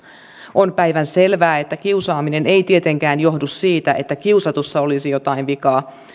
on päivänselvää että kiusaaminen ei tietenkään johdu siitä että kiusatussa olisi jotain vikaa